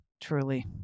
truly